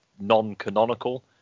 non-canonical